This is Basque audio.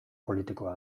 politikoa